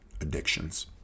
addictions